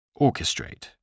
orchestrate